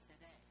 today